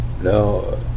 No